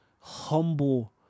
humble